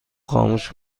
خاموش